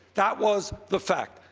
that was the fact.